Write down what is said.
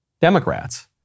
Democrats